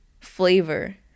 flavor